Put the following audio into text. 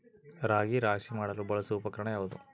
ರಾಗಿ ರಾಶಿ ಮಾಡಲು ಬಳಸುವ ಉಪಕರಣ ಯಾವುದು?